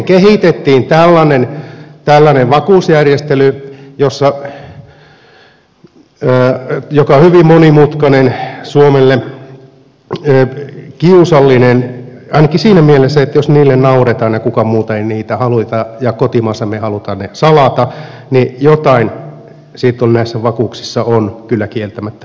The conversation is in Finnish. sitten kehitettiin tällainen vakuusjärjestely joka on hyvin monimutkainen suomelle kiusallinen ainakin siinä mielessä että jos niille nauretaan ja kukaan muu ei niitä halua ja kotimaassa me haluamme ne salata niin jotain sitten on näissä vakuuksissa kyllä kieltämättä pielessä